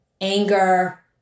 anger